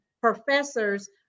professors